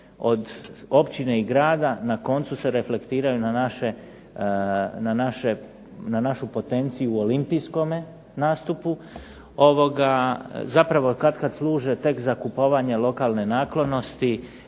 od općine i grada na koncu se reflektiraju na našu potenciju u olimpijskome nastupu, zapravo katkad služe tek za kupovanje lokalne naklonosti,